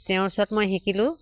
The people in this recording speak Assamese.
তেওঁৰ ওচৰত মই শিকিলোঁ